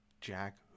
Jack